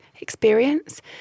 experience